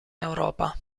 europa